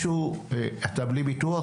אתה בלי ביטוח?